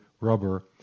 rubber